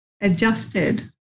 adjusted